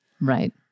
Right